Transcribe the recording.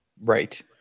Right